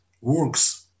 works